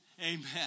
amen